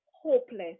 hopeless